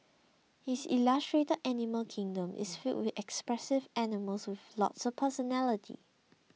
his illustrated animal kingdom is filled with expressive animals with lots of personality